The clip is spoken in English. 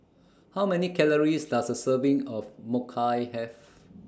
How Many Calories Does A Serving of Mochi Have